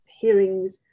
hearings